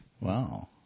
Wow